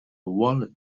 wallet